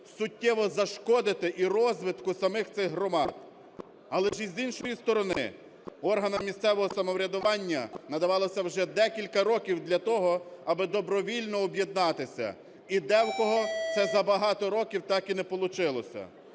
суттєво зашкодити і розвитку самих цих громад, але ж, і з іншої сторони, органам місцевого самоврядування надавалося вже декілька років для того, аби добровільно об'єднатися, і де в кого це за багато років так і не